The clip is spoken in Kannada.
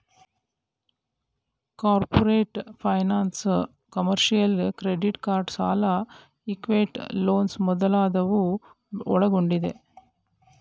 corporate finance, commercial, credit card ಸಾಲ, ಇಕ್ವಿಟಿ ಲೋನ್ಸ್ ಮುಂತಾದವು ಒಳಗೊಂಡಿದೆ